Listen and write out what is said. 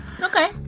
okay